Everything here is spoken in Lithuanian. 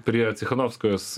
prie tsichanovskajos